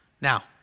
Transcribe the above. Now